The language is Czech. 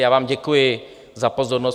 Já vám děkuji za pozornost.